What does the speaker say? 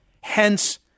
Hence